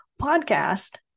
podcast